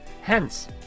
Hence